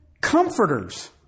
comforters